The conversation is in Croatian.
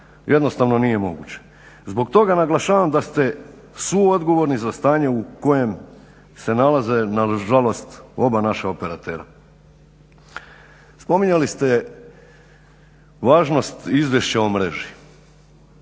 jednostavno nije moguće. Zbog toga naglašavam da ste suodgovorni za stanje u kojem se nalaze na žalost oba naša operatera. Spominjali ste važnost Izvješća o mreži.